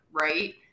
right